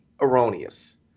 erroneous